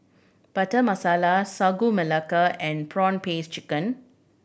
Butter Masala Sagu Melaka and prawn paste chicken